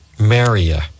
Maria